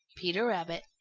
peter rabbit.